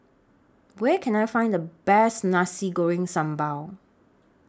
Where Can I Find The Best Nasi Goreng Sambal